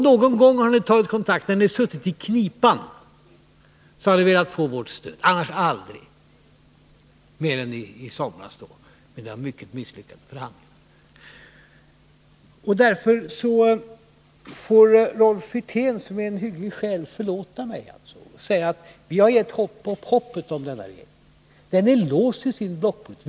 Någon gång har ni tagit kontakt med oss, när ni suttit i knipa, och velat få vårt stöd — annars aldrig, annat än i somras, men det var en mycket misslyckad förhandling. Därför får Rolf Wirtén, som är en hygglig själ, förlåta mig när jag säger att vi har gett upp hoppet om denna regering. Den är låst i sin blockpolitik.